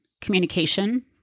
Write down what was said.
communication